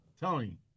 Tony